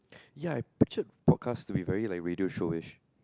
ya I pictured podcast to be very like radio Showish